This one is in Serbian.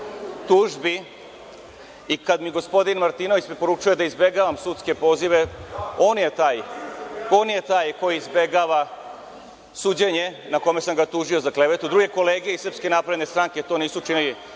i kada mi gospodin Martinović preporučuje da izbegavam sudske pozive, on je taj koji izbegava suđenje na kome sam ga tužio za klevetu, druge kolege iz SNS to nisu učinili.